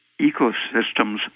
ecosystems